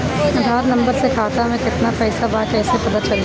आधार number से खाता में केतना पईसा बा ई क्ईसे पता चलि?